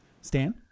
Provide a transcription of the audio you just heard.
Stan